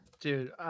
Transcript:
Dude